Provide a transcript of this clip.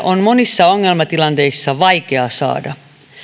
on monissa ongelmatilanteissa vaikea saada